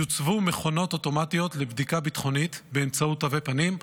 יוצבו מכונות אוטומטיות לבדיקה ביטחונית באמצעות תווי פנים,